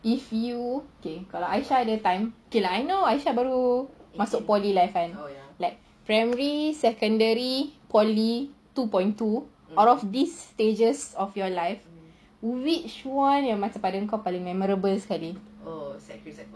if you okay kalau aisha ada time okay lah I know aisha baru masuk poly life kan like primary secondary poly two point two out of these stages of your life which one macam pada kau paling memorable sekali